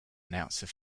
announcer